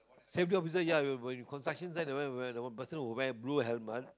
safety officer ya whe~ when construction site that one you wear the one person who wear blue helmet